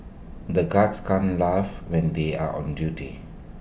the guards can't laugh when they are on duty